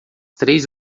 três